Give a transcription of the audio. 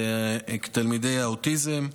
שזה תלמידי האוטיזם.